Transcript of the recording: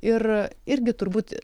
ir irgi turbūt